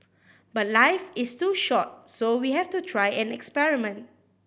but life is too short so we have to try and experiment